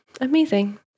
amazing